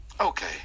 Okay